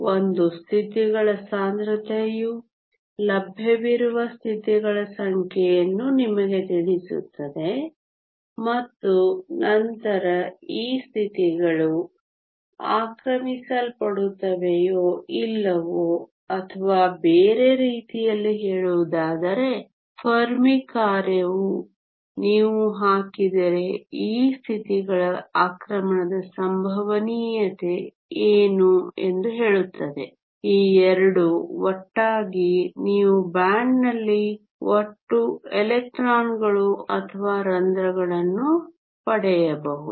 ಒಂದು ಸ್ಥಿತಿಗಳ ಸಾಂದ್ರತೆಯು ಲಭ್ಯವಿರುವ ಸ್ಥಿತಿಗಳ ಸಂಖ್ಯೆಯನ್ನು ನಿಮಗೆ ತಿಳಿಸುತ್ತದೆ ಮತ್ತು ನಂತರ ಈ ಸ್ಥಿತಿಗಳು ಆಕ್ರಮಿಸಲ್ಪಡುತ್ತವೆಯೋ ಇಲ್ಲವೋ ಅಥವಾ ಬೇರೆ ರೀತಿಯಲ್ಲಿ ಹೇಳುವುದಾದರೆ ಫೆರ್ಮಿ ಕಾರ್ಯವು ನೀವು ಹಾಕಿದರೆ ಈ ಸ್ಥಿತಿಗಳ ಆಕ್ರಮಣದ ಸಂಭವನೀಯತೆ ಏನು ಎಂದು ಹೇಳುತ್ತದೆ ಈ 2 ಒಟ್ಟಾಗಿ ನೀವು ಬ್ಯಾಂಡ್ನಲ್ಲಿ ಒಟ್ಟು ಎಲೆಕ್ಟ್ರಾನ್ಗಳು ಅಥವಾ ರಂಧ್ರಗಳನ್ನು ಪಡೆಯಬಹುದು